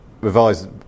revised